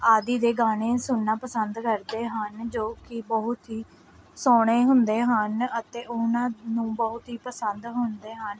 ਆਦਿ ਦੇ ਗਾਣੇ ਸੁਣਨਾ ਪਸੰਦ ਕਰਦੇ ਹਨ ਜੋ ਕਿ ਬਹੁਤ ਹੀ ਸੋਹਣੇ ਹੁੰਦੇ ਹਨ ਅਤੇ ਉਹਨਾਂ ਨੂੰ ਬਹੁਤ ਹੀ ਪਸੰਦ ਹੁੰਦੇ ਹਨ